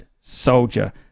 soldier